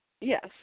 Yes